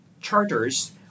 charters